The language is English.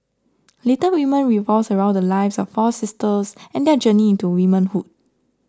Little Women revolves around the lives of four sisters and their journey into womanhood